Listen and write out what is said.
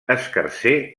escarser